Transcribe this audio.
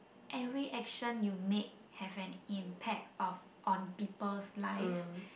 every action you make have an impact of on people's life